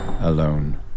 alone